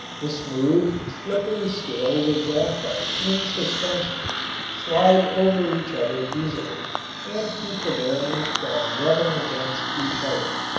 the smooth, slippery scales of graphite in suspension slide over each other easily and keep the bearings from rubbing against each other.